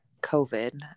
COVID